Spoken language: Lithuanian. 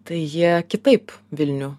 tai jie kitaip vilnių